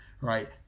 right